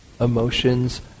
emotions